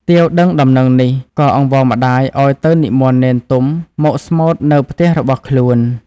ទាវដឹងដំណឹងនេះក៏អង្វរម្តាយឲ្យទៅនិមន្តនេនទុំមកស្មូត្រនៅផ្ទះរបស់ខ្លួន។